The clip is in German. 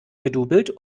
gedoublet